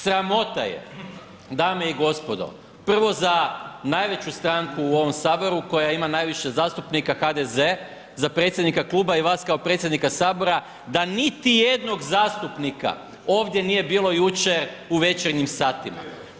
Sramota je dame i gospodo, prvo za najveću stranku o ovom Saboru koja ima najviše zastupnika HDZ za predsjednika kluba i vas kao predsjednika Sabora da niti jednog zastupnika ovdje nije bilo jučer u večernjim satima.